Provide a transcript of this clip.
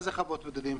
מה זה חוות בודדים?